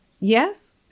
yes